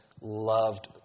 loved